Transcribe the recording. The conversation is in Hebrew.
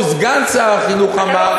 סגן שר החינוך אמר,